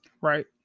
Right